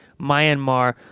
Myanmar